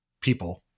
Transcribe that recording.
people